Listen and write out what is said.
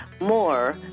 More